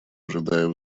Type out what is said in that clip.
ожидая